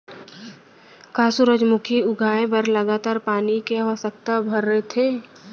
का सूरजमुखी उगाए बर लगातार पानी के आवश्यकता भरथे?